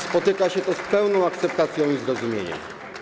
Spotyka się to z pełną akceptacją i zrozumieniem.